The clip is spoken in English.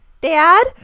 dad